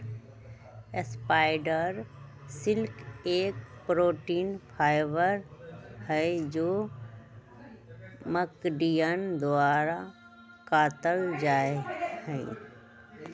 spider silk एक protein fibre हई जो मकड़ियन द्वारा कातल जाहई